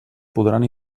podran